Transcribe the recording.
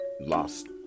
lost